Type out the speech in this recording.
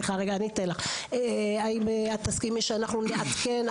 האם תסכימי שאנחנו נעדכן?